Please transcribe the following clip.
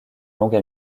longue